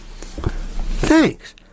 thanks